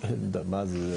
וכמה?